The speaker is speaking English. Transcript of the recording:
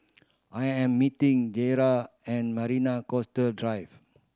I am meeting at Marina Coastal Drive